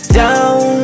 down